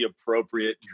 appropriate